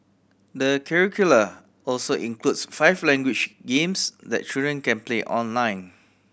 the curricula also includes five language games that children can play online